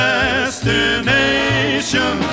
Destination